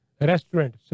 Restaurant